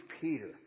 Peter